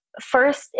first